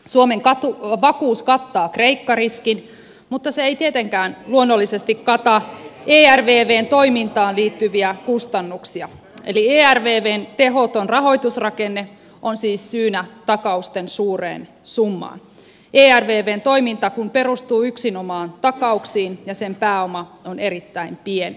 suomen vakuus kattaa kreikka riskin mutta se ei tietenkään luonnollisesti kata ervvn toimintaan liittyviä kustannuksia eli ervvn tehoton rahoitusrakenne on siis syynä takausten suureen summaan ervvn toiminta kun perustuu yksinomaan takauksiin ja sen pääoma on erittäin pieni